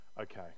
okay